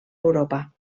europa